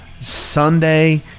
Sunday